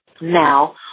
now